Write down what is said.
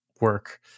work